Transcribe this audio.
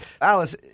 Alice